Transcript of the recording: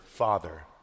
father